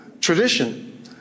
tradition